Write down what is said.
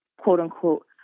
quote-unquote